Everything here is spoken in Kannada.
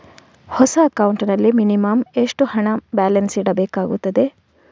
ಹೊಸ ಅಕೌಂಟ್ ನಲ್ಲಿ ಮಿನಿಮಂ ಎಷ್ಟು ಹಣ ಬ್ಯಾಲೆನ್ಸ್ ಇಡಬೇಕಾಗುತ್ತದೆ?